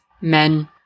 Men